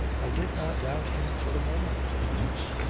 i did not doubt him for a moment, of course,